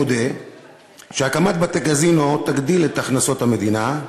מודה שהקמת בתי-קזינו תגדיל את הכנסות המדינה,